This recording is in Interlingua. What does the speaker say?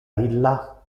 illa